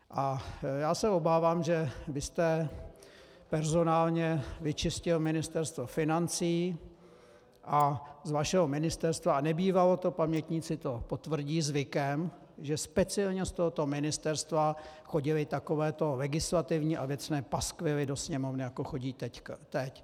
A já se obávám, že vy jste personálně vyčistil Ministerstvo financí a z vašeho ministerstva a nebývalo to, pamětníci to potvrdí, zvykem, že speciálně z tohoto ministerstva chodily takovéto legislativní a věcné paskvily do Sněmovny, jako chodí teď.